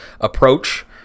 approach